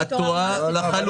את טועה לחלוטין.